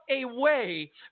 away